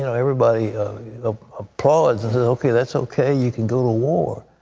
you know everybody ah applauds and says okay, that's okay, you can go to war,